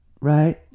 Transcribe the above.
right